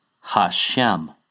Hashem